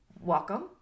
welcome